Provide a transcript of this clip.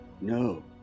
No